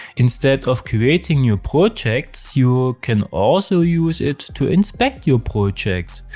instead of creating new projects, you can also use it to inspect your project.